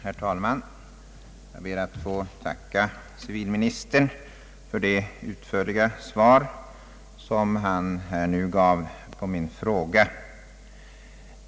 Herr talman! Jag ber att få tacka civilministern för det utförliga svar som han nu gav på min fråga.